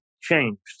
changed